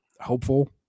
hopeful